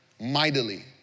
mightily